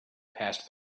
passed